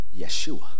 Yeshua